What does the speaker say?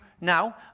now